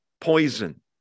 poison